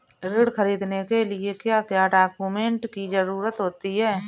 ऋण ख़रीदने के लिए क्या क्या डॉक्यूमेंट की ज़रुरत होती है?